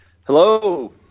Hello